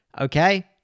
Okay